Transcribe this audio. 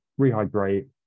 rehydrate